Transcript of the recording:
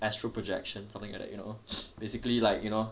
astral projection something like that you know basically like you know